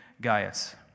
Gaius